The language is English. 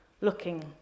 looking